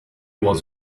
was